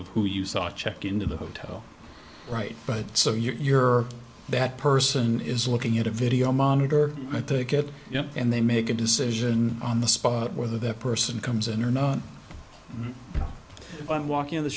of who you saw check into the hotel right but so you're that person is looking at a video monitor i take it you know and they make a decision on the spot whether that person comes in or not when walking on the